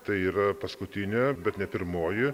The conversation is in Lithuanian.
tai yra paskutinė bet ne pirmoji